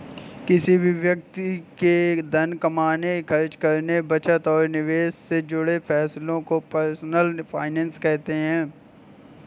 किसी भी व्यक्ति के धन कमाने, खर्च करने, बचत और निवेश से जुड़े फैसलों को पर्सनल फाइनैन्स कहते हैं